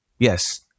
Yes